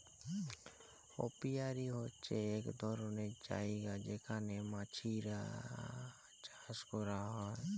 apiary হছে ইক ধরলের জায়গা যেখালে মমাছি চাষ ক্যরা হ্যয়